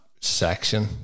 section